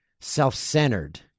self-centered